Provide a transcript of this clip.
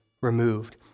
removed